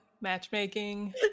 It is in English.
matchmaking